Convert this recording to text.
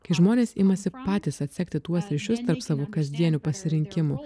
kai žmonės imasi patys atsekti tuos ryšius tarp savo kasdienių pasirinkimų